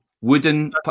Wooden